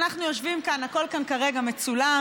אנחנו יושבים כאן, הכול כאן כרגע מצולם.